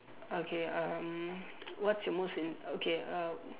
okay um what's your most in okay uh